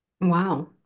Wow